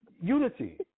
Unity